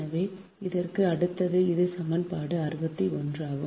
எனவே இதற்கு அடுத்தது இது சமன்பாடு 61 ஆகும்